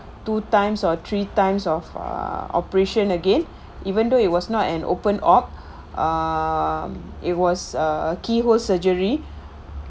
two times or three times of uh operation again even though it was not an open OP um it was a keyhole surgery